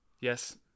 Yes